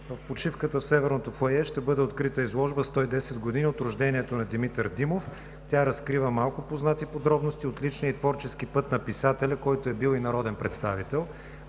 в почивката в Северното фоайе ще бъде открита изложба „110 години от рождението на Димитър Димов“. Тя разкрива малко познати подробности от личния и творческия път на писателя, който е бил и народен представител.